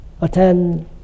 attend